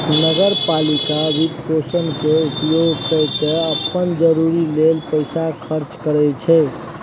नगर पालिका वित्तपोषण केर उपयोग कय केँ अप्पन जरूरी लेल पैसा खर्चा करै छै